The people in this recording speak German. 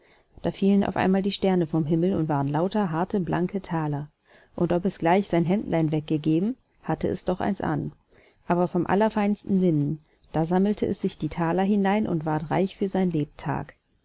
da fielen auf einmal die sterne vom himmel und waren lauter harte blanke thaler und ob es gleich sein hemdlein weggegeben hatte es doch eins an aber vom allerfeinsten linnen da sammelte es sich die thaler hinein und ward reich für sein lebtag